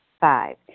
Five